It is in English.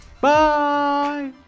Bye